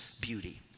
beauty